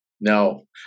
No